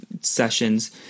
sessions